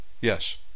yes